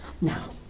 Now